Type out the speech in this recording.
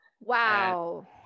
Wow